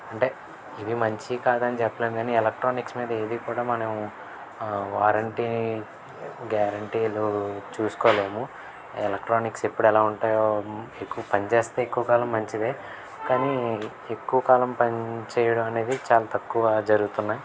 అంటే ఇవి మంచివి కాదని చెప్పలేం కానీ ఎలక్ట్రానిక్స్ మీద ఏది కూడా మనం వారంటీ గ్యారంటీలు చూసుకోలేము ఎలక్ట్రానిక్స్ ఎప్పుడు ఎలా ఉంటాయో ఎక్కువ పనిచేస్తే ఎక్కువ కాలం మంచిదే కానీ ఎక్కువ కాలం పని చేేయడం అనేది చాలా తక్కువ జరుగుతున్నాయి